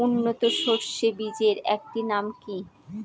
উন্নত সরষে বীজের একটি নাম কি?